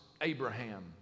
Abraham